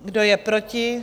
Kdo je proti?